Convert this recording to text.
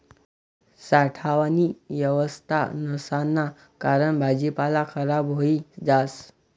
साठावानी येवस्था नसाना कारण भाजीपाला खराब व्हयी जास